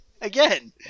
again